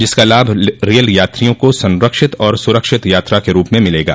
जिसका लाभ रेल यात्रियों को संरक्षित और सुरक्षित यात्रा के रूप में मिलेगा